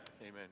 Amen